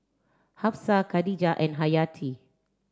Hafsa Khadija and Hayati